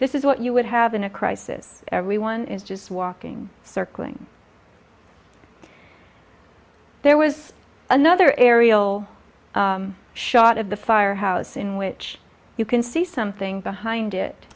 this is what you would have in a crisis everyone is just walking circling there was another aerial shot of the firehouse in which you can see something behind it